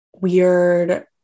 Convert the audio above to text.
weird